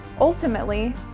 ultimately